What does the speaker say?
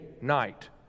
night